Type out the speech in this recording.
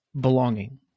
belonging